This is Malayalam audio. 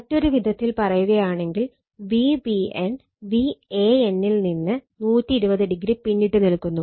മറ്റൊരു വിധത്തിൽ പറയുകയാണെങ്കിൽ Vbn Van ൽ നിന്ന് 120o പിന്നിട്ട് നിൽക്കുന്നു